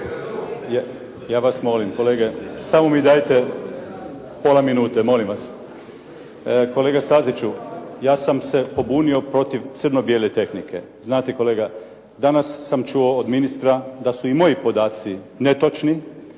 Ja vas molim kolege, samo mi dajte pola minute, molim vas. Kolega Staziću, ja sam se pobunio protiv crno-bijele tehnike. Znate kolega, danas sam čuo od ministra da su i moji podaci netočni,